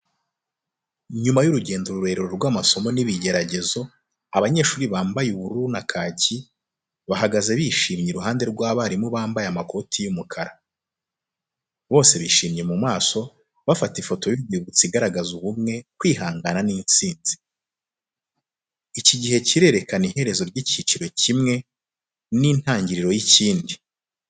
Nyuma y’urugendo rurerure rw’amasomo n’ibigeragezo, abanyeshuri bambaye ubururu na kaki bahagaze bishimye iruhande rw’abarimu bambaye amakoti y’umukara. Bose bishimye mu maso, bafata ifoto y’urwibutso igaragaza ubumwe, kwihangana n’intsinzi. Iki gihe kirerekana iherezo ry’icyiciro kimwe n’intangiriro ry’ikindi.